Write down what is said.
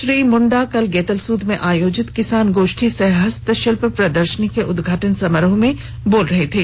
श्री मुंडा कल गेतलसूद में आयोजित किसान गोष्ठी सह हस्तशिल्प प्रदर्शनी के उद्घाटन समारोह में बोल रहे थे